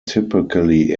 typically